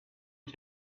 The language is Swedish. ett